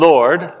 Lord